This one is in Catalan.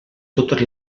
totes